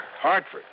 Hartford